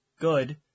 good